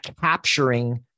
capturing